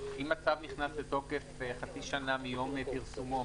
אם הצו נכנס לתוקף חצי שנה מיום פרסומו,